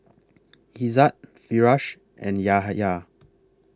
Izzat Firash and Yahya